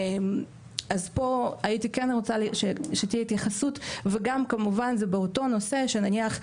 אז פה הייתי כן רוצה שתהיה התייחסות וגם כמובן זה באותו נושא שנניח,